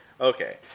Okay